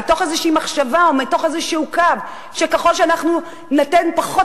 מתוך איזו מחשבה או מתוך איזה קו שככל שניתן פחות